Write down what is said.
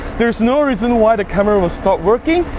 there's no reason why the camera will stop working.